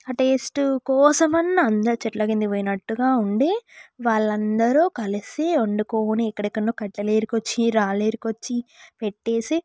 ఆ టేస్ట్ కోసం అన్నా అందరు చెట్లకు కిందకు పోయినట్టుగా ఉండి వాళ్ళందరు కలిసి వండుకొని ఎక్కడికైనా కట్టలు ఏరుకొచ్చి రాళ్ళు ఏరుకొచ్చి పెట్టేసి